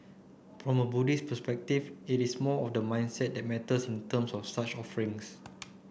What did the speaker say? from a Buddhist perspective it is more of the mindset that matters in terms of such offerings